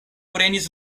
prenis